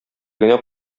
генә